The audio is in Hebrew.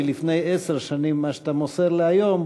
לפני עשר שנים מה שאתה מוסר לי היום,